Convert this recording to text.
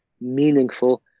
meaningful